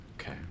okay